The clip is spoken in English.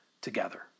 together